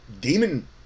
demon